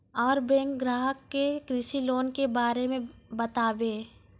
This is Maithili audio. और बैंक ग्राहक के कृषि लोन के बारे मे बातेबे?